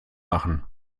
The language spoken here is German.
machen